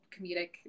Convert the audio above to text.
Comedic